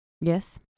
Yes